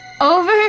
over